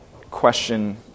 question